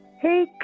Hey